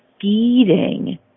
feeding